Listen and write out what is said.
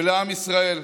ולעם ישראל.